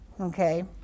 Okay